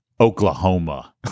Oklahoma